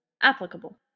applicable